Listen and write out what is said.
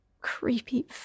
creepy